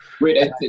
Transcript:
Wait